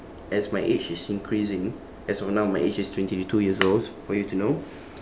as my age is increasing as of now my age is twenty two years old for you to know